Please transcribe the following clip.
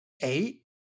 eight